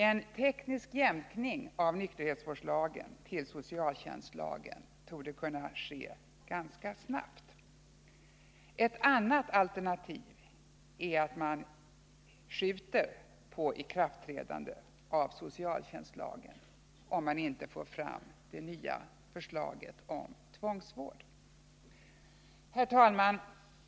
En teknisk jämkning av nykterhetsvårdslagen till socialtjänstlagen torde kunna ske ganska snabbt. Ett annat alternativ är att man skjuter på ikraftträdandet av socialtjänstlagen, om man inte får fram det nya förslaget om tvångsvård. Herr talman!